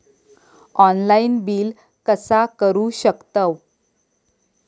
Online bill कसा करु शकतव?